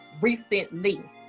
recently